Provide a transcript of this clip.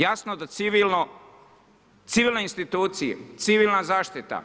Jasno da civilne institucije, civilna zaštita.